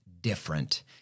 different